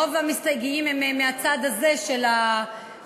רוב המסתייגים הם מהצד הזה של הכנסת.